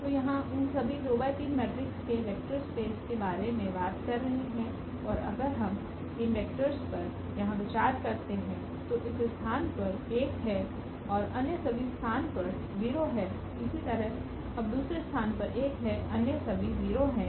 तो यहां उन सभी 2 ×3 मैट्रिक्स के वेक्टर स्पेस के बारे में बात कर रहे हैं और अगर हम इन वेक्टोर्स पर यहां विचार करते हैं तो इस स्थान पर 1 है और अन्य सभी स्थान पर 0 है इसी तरह अब दूसरे स्थान पर 1 है अन्य सभी 0 हैं